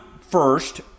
first